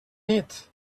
nit